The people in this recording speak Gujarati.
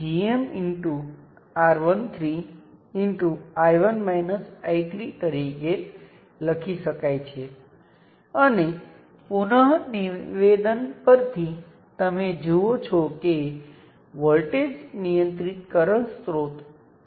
જો મારી પાસે ઘટક E સાથેની સર્કિટ હોય જે અહીં ઉચ્ચ વોલ્ટેજ V ધરાવે છે ઘટક E ને V મૂલ્યના વોલ્ટેજ સ્ત્રોત દ્વારા બદલી શકાય છે